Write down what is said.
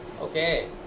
Okay